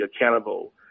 accountable